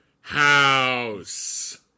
House